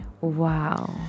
Wow